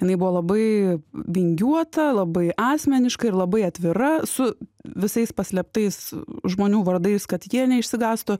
jinai buvo labai vingiuota labai asmeniška ir labai atvira su visais paslėptais žmonių vardais kad jie neišsigąstų